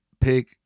pick